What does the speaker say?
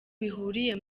bihuriye